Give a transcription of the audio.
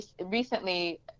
recently